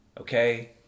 okay